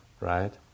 right